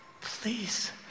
Please